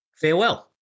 farewell